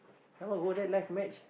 some more go there live match